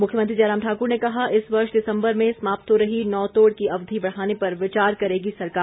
मुख्यमंत्री जयराम ठाकुर ने कहा इस वर्ष दिसम्बर में समाप्त हो रही नौतोड़ की अवधी बढ़ाने पर विचार करेगी सरकार